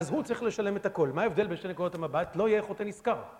אז הוא צריך לשלם את הכל, מה ההבדל בין שתי נקודות המבט? לא יהיה חוטא נשכר.